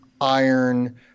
iron